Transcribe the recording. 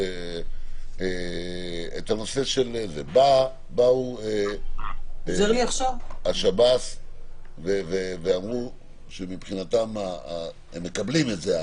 את הנושא של -- -באו השב"ס ואמרו שמבחינתם הם מקבלים את זה,